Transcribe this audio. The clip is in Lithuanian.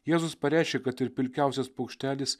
jėzus pareiškė kad ir pilkiausias paukštelis